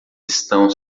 estão